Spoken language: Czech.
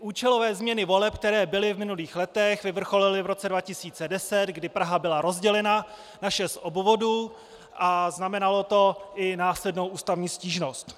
Účelové změny voleb, které byly v minulých letech, vyvrcholily v roce 2010, kdy Praha byla rozdělena na šest obvodů, a znamenalo to i následnou ústavní stížnost.